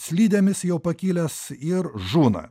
slidėmis jau pakilęs ir žūna